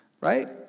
Right